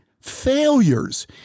failures